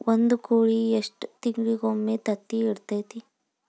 ಒಂದ್ ಕೋಳಿ ಎಷ್ಟ ತಿಂಗಳಿಗೊಮ್ಮೆ ತತ್ತಿ ಇಡತೈತಿ?